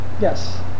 Yes